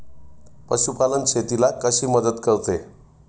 पशुपालन शेतीला कशी मदत करते?